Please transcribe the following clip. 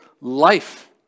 life